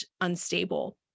unstable